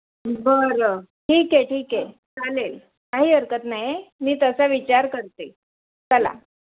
बरं ठीक आहे ठीक आहे चालेल काही हरकत नाही मी तसा विचार करते चला